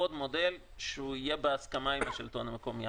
מודל שיעבוד שיהיה בהסכמה עם השלטון המקומי.